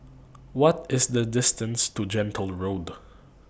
What IS The distance to Gentle Road